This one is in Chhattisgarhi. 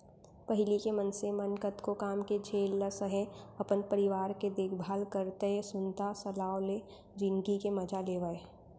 पहिली के मनसे मन कतको काम के झेल ल सहयँ, अपन परिवार के देखभाल करतए सुनता सलाव ले जिनगी के मजा लेवयँ